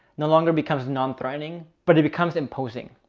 no longer becomes nonthreatening, but it becomes imposing.